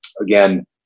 again